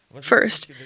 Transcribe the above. First